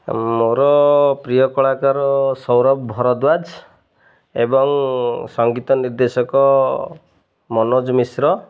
ମୋର ପ୍ରିୟ କଳାକାର ସୌରଭ ଭରଦ୍ୱାଜ ଏବଂ ସଙ୍ଗୀତ ନିର୍ଦ୍ଦେଶକ ମନୋଜ ମିଶ୍ର